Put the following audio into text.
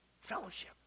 Fellowship